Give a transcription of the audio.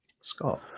scott